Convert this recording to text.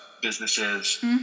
businesses